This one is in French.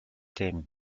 termes